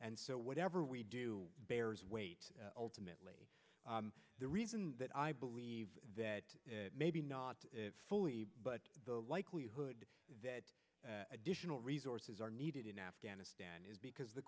and so whatever we do bears weight alternately the reason that i believe that maybe not fully but the likelihood that additional resources are needed in afghanistan is because the